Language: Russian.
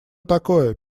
такое